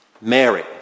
Mary